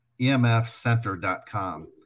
emfcenter.com